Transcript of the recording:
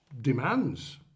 demands